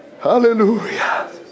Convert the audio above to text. Hallelujah